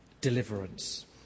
deliverance